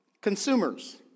consumers